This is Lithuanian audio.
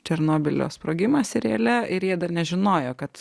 černobylio sprogimą seriale ir jie dar nežinojo kad